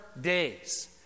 days